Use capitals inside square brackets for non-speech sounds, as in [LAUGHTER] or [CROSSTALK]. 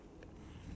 [BREATH]